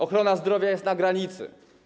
Ochrona zdrowia jest na granicy.